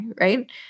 Right